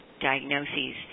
diagnoses